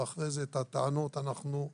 ואחרי זה את הטענות נהדוף.